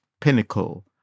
pinnacle